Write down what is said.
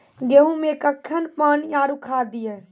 गेहूँ मे कखेन पानी आरु खाद दिये?